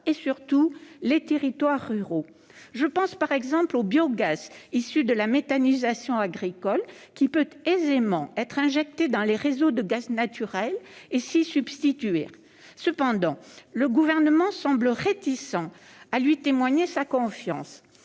territoires, surtout ruraux. Je pense, par exemple, au biogaz issu de la méthanisation agricole, qui peut aisément être injecté dans les réseaux de gaz naturel et s'y substituer. Cependant, le Gouvernement semble réticent à lui témoigner sa confiance